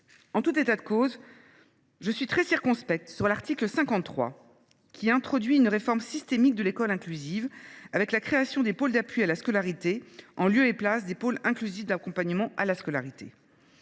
En tout état de cause, je suis très circonspecte quant à l’article 53, qui introduit une réforme systémique de l’école inclusive en créant les pôles d’appui à la scolarité en lieu et place des pôles inclusifs d’accompagnement à la scolarité.